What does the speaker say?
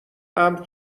امر